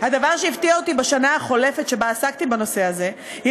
הדבר שהפתיע אותי בשנה החולפת שבה עסקתי בנושא הזה היה